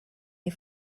des